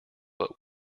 but